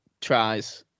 tries